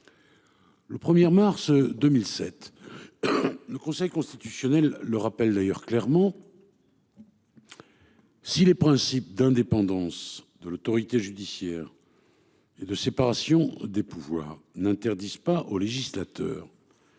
Le 1er mars 2007. Le Conseil constitutionnel le rappel d'ailleurs clairement. Si les principes d'indépendance de l'autorité judiciaire. Et de séparation des pouvoirs n'interdisent pas au législateur.